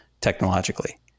technologically